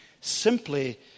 Simply